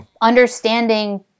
understanding